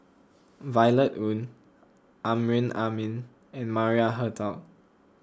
Violet Oon Amrin Amin and Maria Hertogh